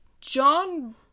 John